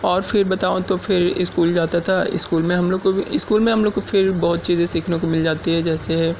اور پھر بتاؤں تو پھر اسکول جاتا تھا اسکول میں ہم لوگ کو بھی اسکول میں ہم لوگ کو پھر بہت چیزیں سیکھنے کو مل جاتی ہے جیسے